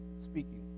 speaking